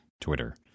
Twitter